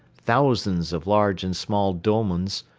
thousands of large and small dolmens,